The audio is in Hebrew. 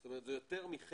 זאת אומרת זה יותר מחצי,